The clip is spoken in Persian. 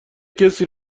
کسی